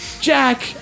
Jack